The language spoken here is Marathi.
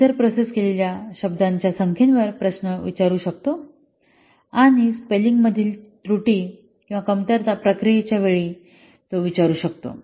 यूजर प्रोसेस केलेल्या शब्दांच्या संख्येवर प्रश्न विचारू शकतो आणि स्पेल्लिंग मधील त्रुटीं प्रक्रियेच्या वेळी विचारू शकतो